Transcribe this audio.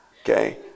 okay